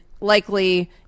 likely